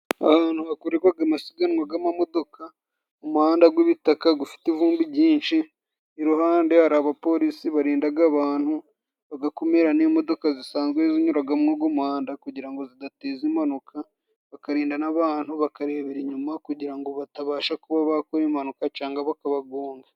Ahantu hakorerwa amasiganwa y'imodoka mu muhanda w'ibitaka ufite ivumbi ryinshi, iruhande hari abapolisi barinda abantu, bagakumira n'imodoka zisanzwe zinyura muri uyu muhanda, kugira ngo zidateza impanuka, bakarinda n'abantu bakarebera inyuma, kugira ngo batabasha kuba bakora impanuka cyangwa bakabagonga.